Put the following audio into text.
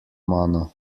mano